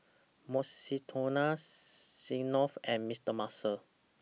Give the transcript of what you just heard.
Mukshidonna Smirnoff and Mister Muscle